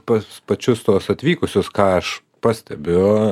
pas pačius tuos atvykusius ką aš pastebiu